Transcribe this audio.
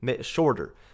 shorter